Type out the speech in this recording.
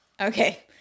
okay